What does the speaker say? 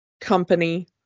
company